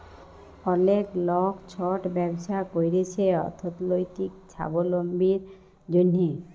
অলেক লক ছট ব্যবছা ক্যইরছে অথ্থলৈতিক ছাবলম্বীর জ্যনহে